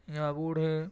یا بوڑھے